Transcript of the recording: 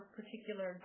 particular